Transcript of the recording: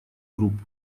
групп